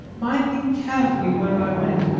minding carefully where i went,